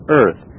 earth